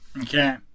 Okay